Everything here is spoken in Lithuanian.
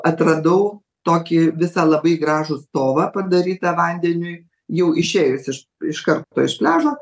atradau tokį visą labai gražų stovą padarytą vandeniui jau išėjus iš iš karto iš pliažo